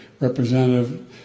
Representative